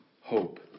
hope